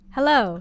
Hello